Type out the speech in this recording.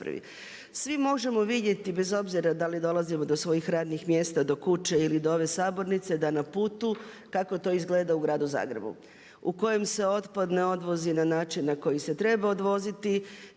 Svi možemo vidjeti bez obzira da li dolazimo do svojih radnih mjesta, do kuće ili do ove sabornice da na putu kako to izgleda u Gradu Zagrebu. U kojem se otpad ne odvozi na način na koji se treba odvoziti,